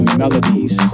melodies